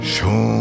Show